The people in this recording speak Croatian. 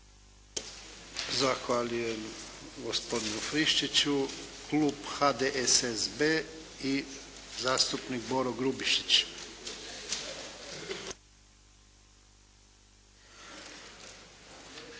Zahvaljujem gospodinu Friščiću. Klub HDSSB i zastupnik Boro Grubišić.